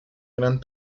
gran